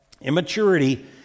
immaturity